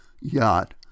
yacht